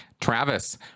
Travis